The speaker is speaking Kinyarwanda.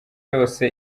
yose